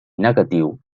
negatiu